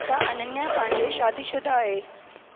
छा अनन्या पांडे शादिशुदा आहे